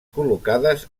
col·locades